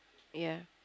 ya